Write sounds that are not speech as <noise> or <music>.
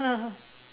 <laughs>